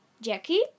Jackie